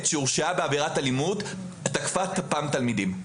שהורשעה בעבירת אלימות תקפה פעם תלמידים.